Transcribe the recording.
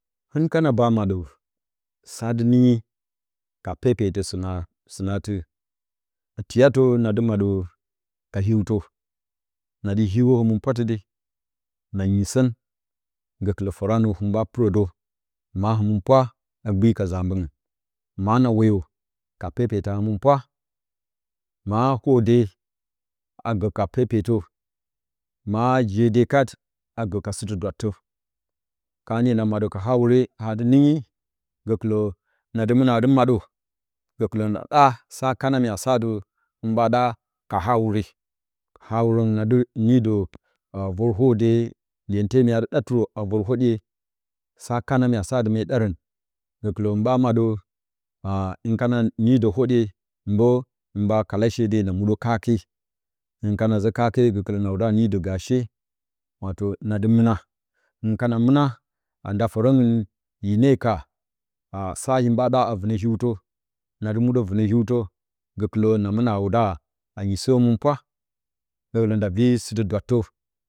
Hin kana mba madə sadi ningyi ka pepeləsɨna sinati tiyatə na dɨ madə ka hiwtə nadɨ hiwə həmɨnpwa tɨde nanyisən gəkɨlə sora nə hin eɓa purə də ma həmɨn pwa a gbi ka zabəngu ma na woyə ka pepe ta həminpwa mya hwəde a gə ka pepetə ma jede kat a gə ka sɨtɨ dwattə ka niyə na madə ka ha wure ha dɨ ningyi gəkɨlə nadɨ muna dɨ madə gəkilə na sa kana mya sa dɨ hin ɓa da ka hawure hawurən nadɨ nidə o bor hwodye lentye myadɨ ɗa tɨrə a vor hwodiye sa kana mya satɨ mye ɗarən gək lə hin ɓa madə a hin kana nidə hwodiye bo hin ba vala she de na muɗə kake hin kana zə kake gə kilə na wuda nidə gaashe nadɨ muna hin kana mɨna ande forəuren hyineka a sa hiɗ ɓa ɗa a vonə hiwtə nadɨ muɗə vunə hiwtə gəkɨlə na mana wud anyisə həmɨnpwa gəkuə nda ri sɨtɨ dwattə